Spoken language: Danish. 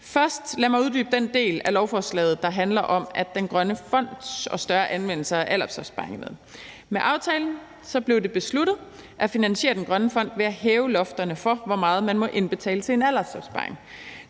først uddybe den del af lovforslaget, der handler om den grønne fond og større anvendelse af aldersopsparingerne. Med aftalen blev det besluttet at finansiere den grønne fond ved at hæve lofterne for, hvor meget man må indbetale til en aldersopsparing.